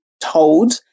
told